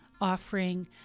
offering